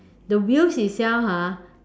the wheels itself ah